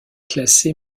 classé